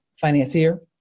financier